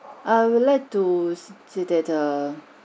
I would like to see the the